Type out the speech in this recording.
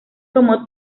como